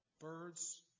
Birds